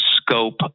scope